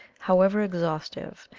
however exhaustive,